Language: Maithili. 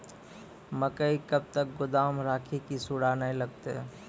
मकई कब तक गोदाम राखि की सूड़ा न लगता?